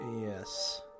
Yes